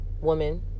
woman